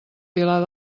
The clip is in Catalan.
pilar